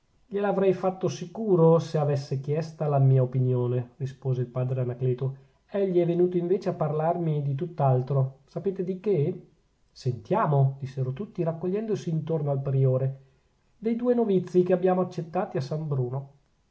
facetamente il padre tranquillo gliel'avrei fatto sicuro se avesse chiesta la mia opinione rispose il padre anacleto egli è venuto invece a parlarmi di tutt'altro sapete di che sentiamo dissero tutti raccogliendosi intorno al priore dei due novizi che abbiamo accettati a san bruno